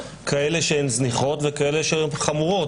כאלה שהן זניחות וכאלה שהן חמורות.